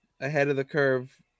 ahead-of-the-curve